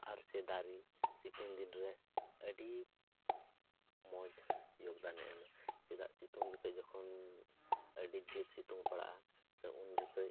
ᱟᱨ ᱥᱮ ᱫᱟᱨᱮ ᱥᱤᱛᱩᱝ ᱫᱤᱱ ᱨᱮ ᱟᱹᱰᱤ ᱢᱚᱡᱽ ᱡᱳᱜᱽ ᱫᱟᱱᱮ ᱮᱢᱟ ᱪᱮᱫᱟᱜ ᱥᱤᱛᱩᱝ ᱛᱮ ᱡᱚᱠᱷᱚᱱ ᱟᱹᱰᱤ ᱰᱷᱮᱹᱨ ᱥᱤᱛᱩᱝ ᱯᱟᱲᱟᱝ ᱟ ᱥᱮ ᱩᱱ ᱡᱚᱠᱷᱚᱡ